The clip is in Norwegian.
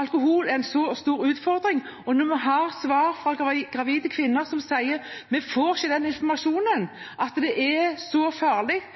alkohol er en så stor utfordring, og når gravide kvinner sier at de ikke får informasjon om at det er så farlig,